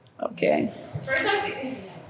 Okay